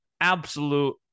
absolute